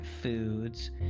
foods